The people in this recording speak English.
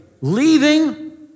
leaving